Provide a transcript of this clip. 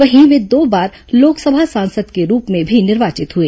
वहीं वे दो बार लोकसभा सांसद के रूप में भी निर्वाचित हुए